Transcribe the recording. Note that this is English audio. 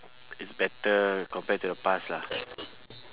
is better compared to the past lah